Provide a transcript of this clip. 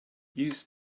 use